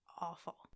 awful